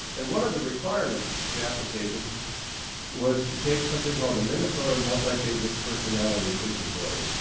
and one of the requirements of the application was to take something called the minnesota multiphasic personality inventory,